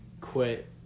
quit